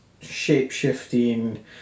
shape-shifting